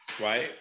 right